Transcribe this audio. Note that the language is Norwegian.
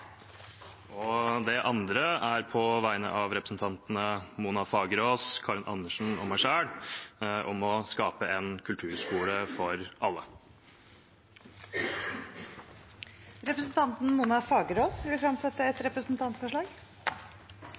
Det andre er et forslag på vegne av representantene Mona Fagerås, Karin Andersen og meg selv om kulturskolen for alle. Representanten Mona Fagerås vil fremsette et representantforslag.